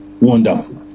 Wonderful